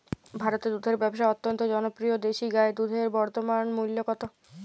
ভারতে দুধের ব্যাবসা অত্যন্ত জনপ্রিয় দেশি গাই দুধের বর্তমান মূল্য কত?